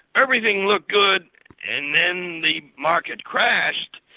everything looked good and then the market crashed.